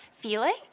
feeling